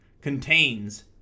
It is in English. contains